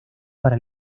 para